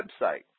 website